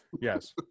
Yes